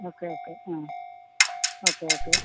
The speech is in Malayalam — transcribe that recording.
ഓക്കെ ഓക്കെ ആ ഓക്കെ ഓക്കെ